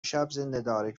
شبزندهداری